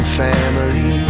family